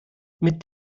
mit